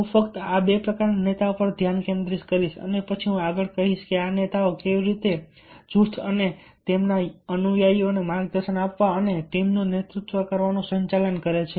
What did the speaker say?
હું ફક્ત આ બે પ્રકારના નેતાઓ પર ધ્યાન કેન્દ્રિત કરીશ અને પછી હું આગળ કહીશ કે આ નેતાઓ કેવી રીતે જૂથ અને તેમના અનુયાયીઓને માર્ગદર્શન આપવા અને ટીમનું નેતૃત્વ કરવાનું સંચાલન કરે છે